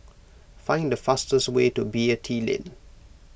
find the fastest way to Beatty Lane